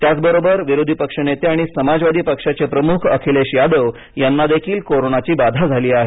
त्याचबरोबर विरोधी पक्षनेते आणि समाजवादी पक्षाचे प्रमुख अखिलेश यादव यांनादेखील कोरोनाची बाधा झाली आहे